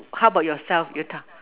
how about yourself you talk